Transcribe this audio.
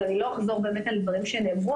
אז אני לא אחזור על דברים שנאמרו,